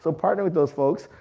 so part of it those folks.